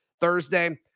thursday